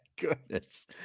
Goodness